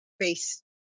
face